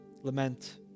lament